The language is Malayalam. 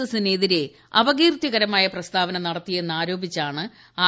എസിനെതിരെ അപകീർത്തികരമായ പ്രസ്താവന നടത്തിയെന്ന് ആരോപിച്ചാണ് ആർ